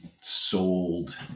Sold